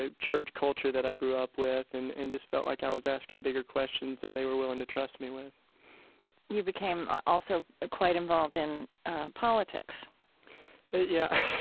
ah church culture that i grew up with and and just felt like i was asking bigger questions than they were willing to trust me with you became also quite involved in politics yeah,